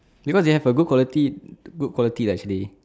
because they have a good quality good quality uh actually